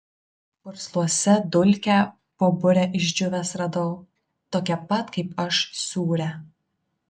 pursluose dulkę po bure išdžiūvęs radau tokią pat kaip aš sūrią